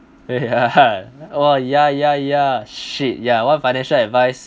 yeah oh ya ya ya shit ya one financial advice